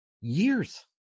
years